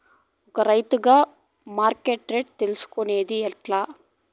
ఒక రైతుగా మార్కెట్ రేట్లు తెలుసుకొనేది ఎట్లా?